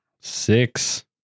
Six